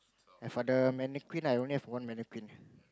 and for the mannequin I only have one mannequin